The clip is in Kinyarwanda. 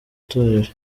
torero